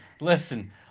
Listen